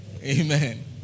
Amen